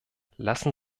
lassen